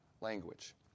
language